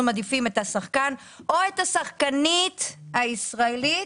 אנחנו מעדיפים את השחקן או את השחקנית הישראלית